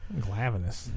Glavinus